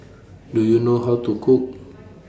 Do YOU know How to Cook